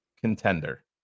contender